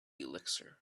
elixir